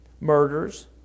murders